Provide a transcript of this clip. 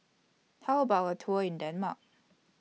How about A Tour in Denmark